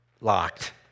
locked